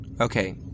Okay